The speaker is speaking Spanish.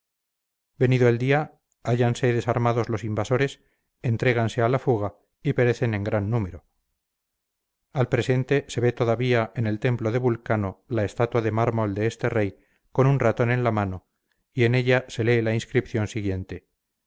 venido el día hállanse desarmados los invasores entréganse a la fuga y perecen en gran número al presente se ve todavía en el templo de vulcano la estatua de mármol de este rey con un ratón en la mano y en ella se lee la inscripción siguiente